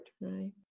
right